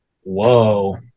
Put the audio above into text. Whoa